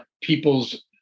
people's